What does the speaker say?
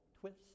twist